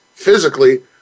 Physically